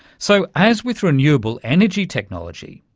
so, as with renewable energy technology,